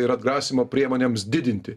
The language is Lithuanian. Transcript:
ir atgrasymo priemonėms didinti